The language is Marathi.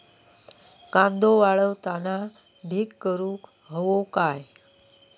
कांदो वाळवताना ढीग करून हवो काय?